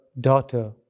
Daughter